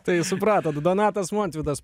tai supratot donatas montvydas